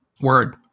Word